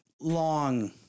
long